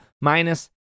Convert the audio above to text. minus